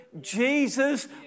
Jesus